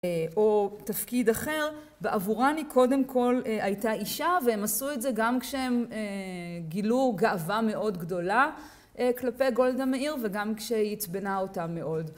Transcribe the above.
או תפקיד אחר ועבורם היא קודם כל הייתה אישה והם עשו את זה גם כשהם גילו גאווה מאוד גדולה כלפי גולדה מאיר וגם כשהיא עיצבנה אותם מאוד.